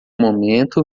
momento